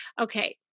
Okay